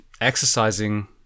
exercising